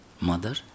mother